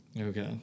Okay